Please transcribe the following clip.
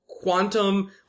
Quantum